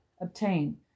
obtain